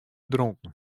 dronken